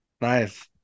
Nice